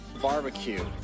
Barbecue